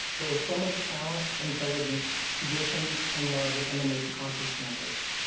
there is so much talent, intelligence, tradition, and love that emanates across this campus,